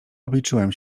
obliczyłem